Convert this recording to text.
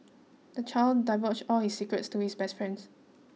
the child divulged all his secrets to his best friends